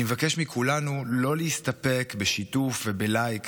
אני מבקש מכולנו לא להסתפק בשיתוף ולייק